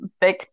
back